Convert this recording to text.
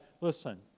listen